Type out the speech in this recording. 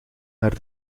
naar